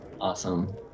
Awesome